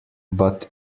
but